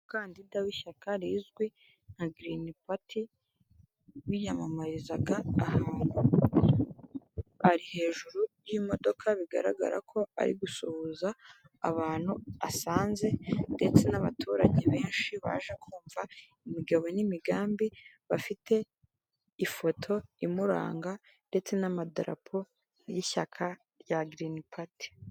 Umukandida w'ishyaka rizwi nka girini pati wiyamamarizaga ahantu ari hejuru y'imodoka, bigaragara ko ari gusuhuza abantu asanze, ndetse n'abaturage benshi baje kumva imigabo n'imigambi, bafite ifoto imuranga ndetse n'amadarapo y'ishyaka rya Girini pati.